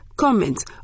Comments